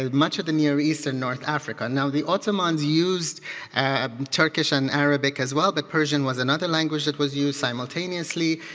and much of the near east and north africa. now the ottomans used turkish and arabic as well, but persian was another language that was used simultaneously.